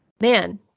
man